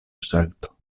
scelto